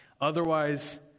Otherwise